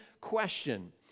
question